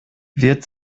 wird